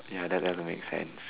ya that doesn't make sense